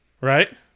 Right